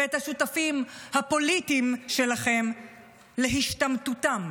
ואת השותפים הפוליטיים שלכם להשתמטותם.